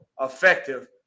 effective